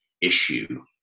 issue